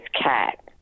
cat